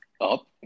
up